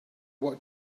what